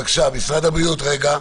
בבקשה, משרד הבריאות, רגע.